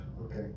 Okay